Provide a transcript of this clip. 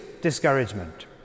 discouragement